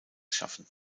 schaffen